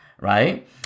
right